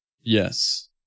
Yes